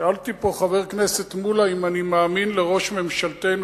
שאל אותי פה חבר הכנסת מולה אם אני מאמין לראש ממשלתנו,